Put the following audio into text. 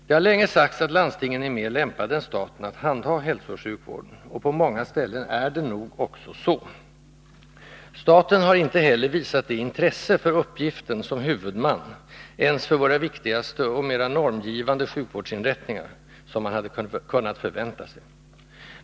Det har länge sagts att landstingen är mera lämpade än staten att handha hälsooch sjukvården. På många ställen är det nog också så. Staten har inte heller visat det intresse för uppgiften som huvudman ens för våra viktigaste och mest normgivande sjukvårdsinrättningar, som man hade kunnat förvänta sig.